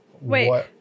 Wait